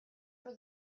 for